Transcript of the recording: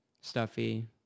stuffy